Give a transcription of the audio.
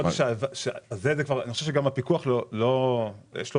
החודש הזה, אני חושב שבינואר זה